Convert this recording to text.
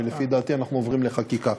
ולפי דעתי אנחנו עוברים לחקיקה.